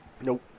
Nope